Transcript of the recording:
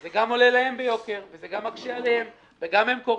אז זה גם עולה להם ביוקר וגם מקשה עליהם וגם הם קורסים.